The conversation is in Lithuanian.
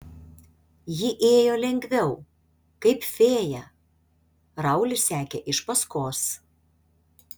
ji ėjo lengviau kaip fėja raulis sekė iš paskos